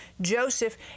Joseph